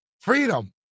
Freedom